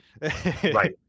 Right